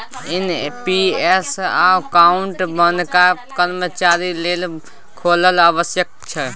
NPS account नबका कर्मचारी लेल खोलब आबश्यक छै